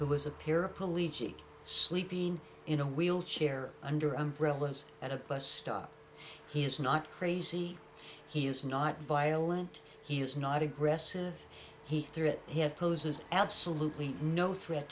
who was a paraplegic sleeping in a wheelchair under umbrellas at a bus stop he is not crazy he is not violent he is not aggressive he threw it he had poses absolutely no threat